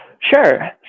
Sure